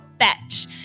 fetch